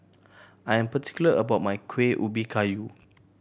I am particular about my Kuih Ubi Kayu